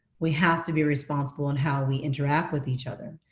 we have to be responsible on how we interact with each other,